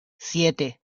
siete